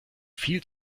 viel